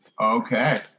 okay